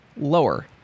lower